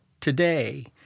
today